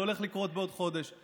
זה הולך לקרות בעוד חודש.